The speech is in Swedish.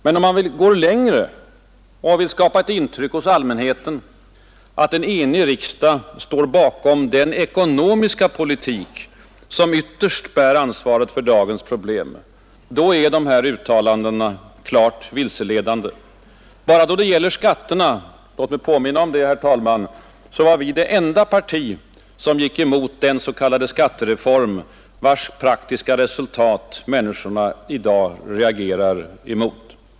Men går man längre och vill skapa ett intryck hos allmänheten att en enig riksdag står bakom den ekonomiska politik som ytterst bär ansvaret för dagens problem, då är uttalandena klart vilseledande. Bara då det gäller skatterna — låt mig påminna om det, herr talman — var vi det enda parti som gick emot den s.k. skattereform vars praktiska resultat människorna i dag reagerar emot.